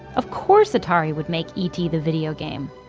of course, atari would make, e t. the video game.